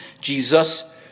Jesus